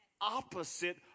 opposite